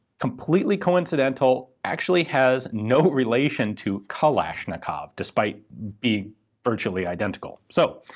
completely coincidental, actually has no relation to kalashnikov despite being virtually identical. so,